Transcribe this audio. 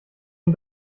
ihn